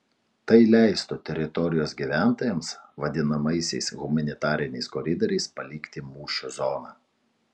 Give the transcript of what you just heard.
tai leistų teritorijos gyventojams vadinamaisiais humanitariniais koridoriais palikti mūšių zoną